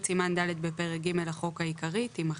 סימן ד' בפרק ג' לחוק העיקרי תימחק.